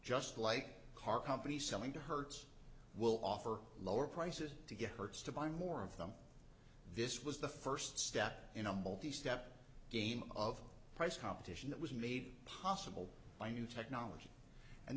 just like car companies selling to hertz will offer lower prices to get hertz to buy more of them this was the first step in a multi step game of price competition that was made possible by new technology and